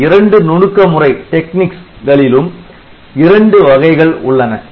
இந்த இரண்டு நுணுக்கமுறை களிலும் இரண்டு வகைகள் உள்ளன